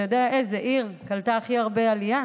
אתה יודע איזה עיר קלטה הכי הרבה עלייה